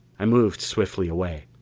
i moved swiftly away.